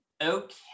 okay